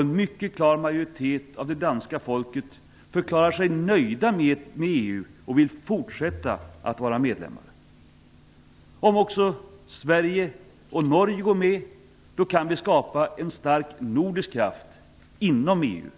En mycket klar majoritet av det danska folket förklarar sig nöjda med EU och vill fortsätta att vara medlemmar. Om även Sverige och Norge går med kan vi skapa en stark nordisk kraft inom EU.